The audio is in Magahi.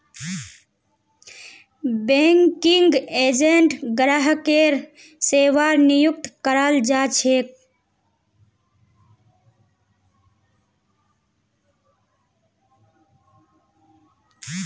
बैंकिंग एजेंट ग्राहकेर सेवार नियुक्त कराल जा छेक